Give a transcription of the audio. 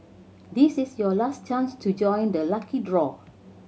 this is your last chance to join the lucky draw